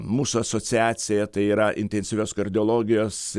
mūsų asociacija tai yra intensyvios kardiologijos